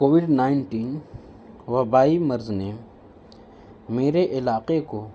Covid nineteen وبائی مرض نے میرے علاقے کو